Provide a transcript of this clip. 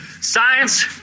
Science